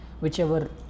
whichever